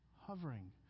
Hovering